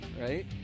right